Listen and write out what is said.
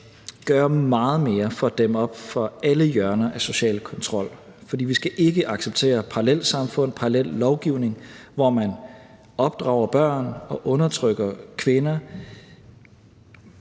gøre meget mere for at dæmme op for alle hjørner af social kontrol, for vi skal ikke acceptere parallelsamfund med parallellovgivning, hvor man opdrager børn og undertrykker kvinder